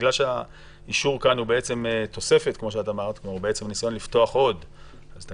מכיוון שהאישור כאן הוא תוספת וניסיון לפתוח עוד אז בעניין